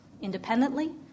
independently